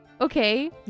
Okay